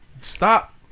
Stop